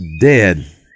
dead